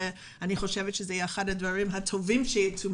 זה יהיה אחד הדברים הטובים שייצאו